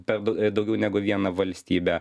per dau daugiau negu vieną valstybę